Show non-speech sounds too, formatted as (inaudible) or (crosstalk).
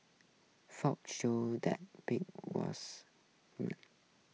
footage showed that Pang was the (unintelligible)